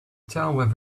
towns